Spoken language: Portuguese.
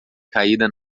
caída